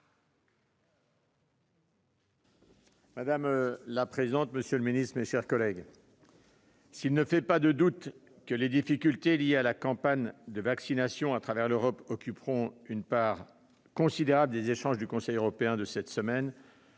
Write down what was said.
Madame la présidente, monsieur le secrétaire d'État, mes chers collègues, s'il ne fait pas de doute que les difficultés liées à la campagne de vaccination à travers l'Europe occuperont une part considérable des échanges du Conseil européen de cette semaine,